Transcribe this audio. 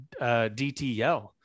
DTL